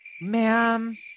Ma'am